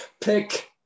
pick